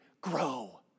grow